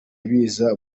biza